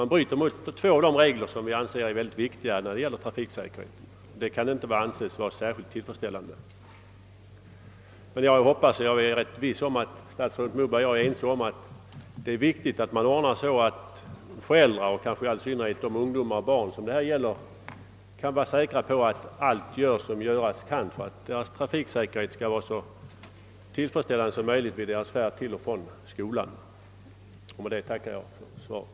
Man bryter alltså mot två av de regler som vi anser vara mycket viktiga när det gäller trafiksäkerheten. Det kan inte anses vara särskilt tillfredsställande. Jag är emellertid ganska säker på att statsrådet Moberg och jag är överens om att det är viktigt att man ordnar så att föräldrarna och framför allt de barn och ungdomar det gäller kan vara säkra på att allt görs som göras kan för att deras trafiksäkerhet skall vara så tillfredsställande som möjligt vid färden till och från skolan. Med detta tackar jag för svaret.